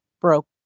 broke